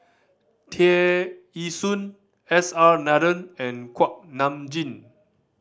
Tear Ee Soon S R Nathan and Kuak Nam Jin